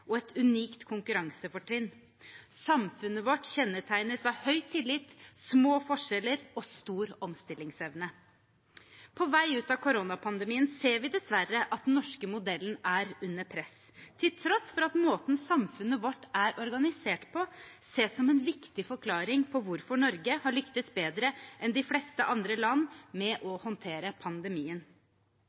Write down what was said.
og et unikt konkurransefortrinn. Samfunnet vårt kjennetegnes av høy tillit, små forskjeller og stor omstillingsevne. På vei ut av koronapandemien ser vi dessverre at den norske modellen er under press, til tross for at måten samfunnet vårt er organisert på, ses som en viktig forklaring på hvorfor Norge har lyktes bedre enn de fleste andre land med å håndtere pandemien.